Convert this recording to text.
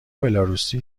بلاروسی